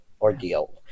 ordeal